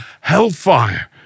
hellfire